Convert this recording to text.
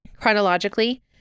chronologically